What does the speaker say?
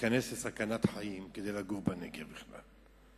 להיכנס לסכנת חיים כדי לגור בנגב בכלל?